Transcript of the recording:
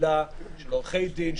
קהילה של עורכי דין,